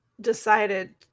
decided